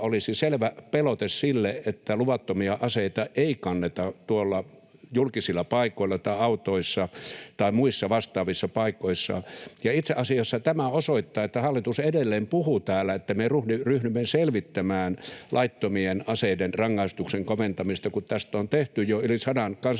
olisi selvä pelote sille, että luvattomia aseita ei kanneta tuolla julkisilla paikoilla, autoissa tai muissa vastaavissa paikoissa. Itse asiassa tämä osoittaa, kun hallitus edelleen puhuu täällä, että me ryhdymme selvittämään laittomien aseiden rangaistuksen koventamista, kun tästä on tehty jo yli sadan kansanedustajan